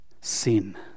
sin